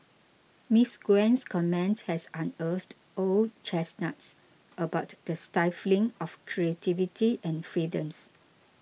Ms Gwen's comment has unearthed old chestnuts about the stifling of creativity and freedoms